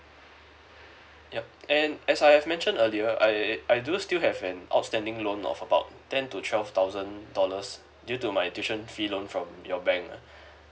yup and as I have mentioned earlier I I do still have an outstanding loan of about ten to twelve thousand dollars due to my tuition fee loan from your bank ah